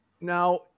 now